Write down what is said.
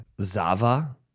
Zava